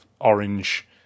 orange